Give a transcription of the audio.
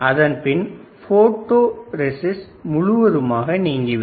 அதன் பின் photo resist நீங்கிவிடும்